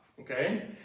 okay